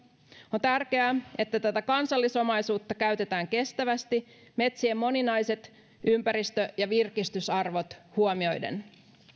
on tärkeää että tätä kansallisomaisuutta käytetään kestävästi metsien moninaiset ympäristö ja virkistysarvot huomioiden